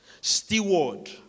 steward